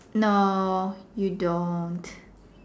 no you don't